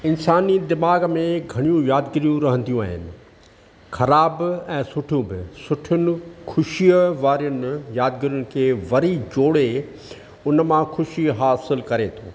इंसानी दिमाग़ में घणियूं यादिगीरियूं रहूंदियूं आहिनि ख़राब ऐं सुठियूं बि सुठियुनि ख़ुशीअ वारनि यादुनि खे वरी जोड़े उन मां ख़ुशी हासिलु करे